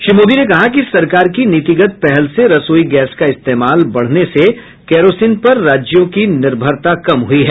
श्री मोदी ने कहा कि सरकार की नीतिगत पहल से रसोई गैस का इस्तेमाल बढ़ने से कैरोसीन पर राज्यों की निर्भरता कम हुई है